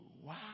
Wow